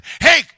hey